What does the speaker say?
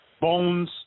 Bones